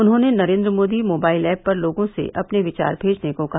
उन्होंने Narendra Modi mobile app पर लोगों से अपने विचार मेजने को कहा